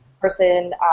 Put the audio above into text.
person